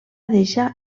deixar